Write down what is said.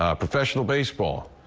ah professional baseball,